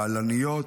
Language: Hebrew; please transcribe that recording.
בלניות,